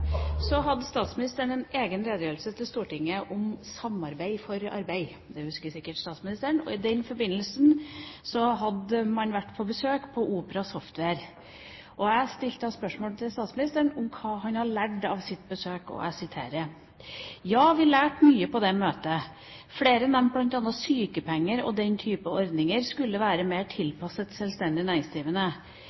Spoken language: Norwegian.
den forbindelse hadde man vært på besøk på Opera Software. Jeg stilte da spørsmål til statsministeren om hva han hadde lært av sitt besøk, og han sa: Ja, vi lærte mye på det møtet, og flere nevnte også en del velferdsordninger, bl.a. «sykepenger og den type ordninger – og at disse skulle være mer tilpasset selvstendig næringsdrivende.